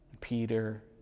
Peter